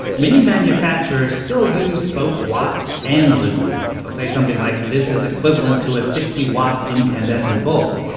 many manufacturers still use both watts and lumens. they'll say something like, this is equivalent to a sixty watt incandescent bulb,